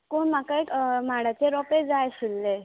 कोण म्हाका एक माडाचे रोंपे जाय आशिल्ले